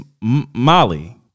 Molly